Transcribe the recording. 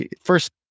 First